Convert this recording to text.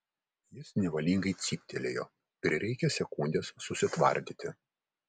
jis nevalingai cyptelėjo prireikė sekundės susitvardyti